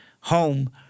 home